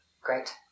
Great